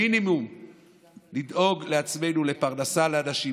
מינימום לדאוג לעצמנו לפרנסה לאנשים,